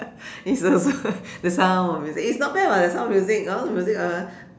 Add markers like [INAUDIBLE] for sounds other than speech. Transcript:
[LAUGHS] is the ver~ the sound of music is not bad [what] the sound of music sound of music